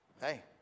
Hey